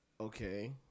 Okay